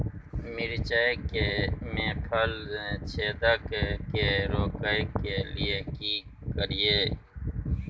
मिर्चाय मे फल छेदक के रोकय के लिये की करियै?